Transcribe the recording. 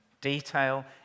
detail